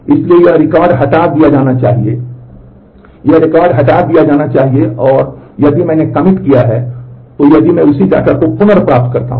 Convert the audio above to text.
इसलिए यह रिकॉर्ड हटा दिया जाना चाहिए और यह रिकॉर्ड हटा दिया जाना चाहिए और यदि मैंने कमिट किया है तो यदि मैं उसी डेटा को पुनः प्राप्त करता हूं